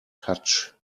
touch